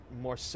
more